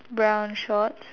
brown shorts